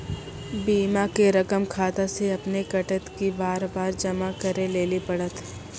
बीमा के रकम खाता से अपने कटत कि बार बार जमा करे लेली पड़त?